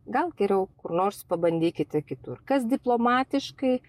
gal geriau kur nors pabandykite kitur kas diplomatiškai